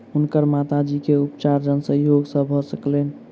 हुनकर माता जी के उपचार जन सहयोग से भ सकलैन